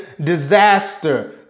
disaster